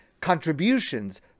contributions